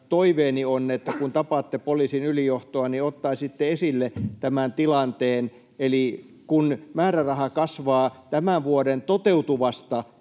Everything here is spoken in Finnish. toiveeni on, että kun tapaatte poliisin ylijohtoa, ottaisitte esille tämän tilanteen. Eli kun määräraha kasvaa tämän vuoden toteutuvasta